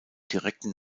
direkten